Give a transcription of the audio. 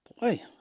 boy